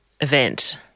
event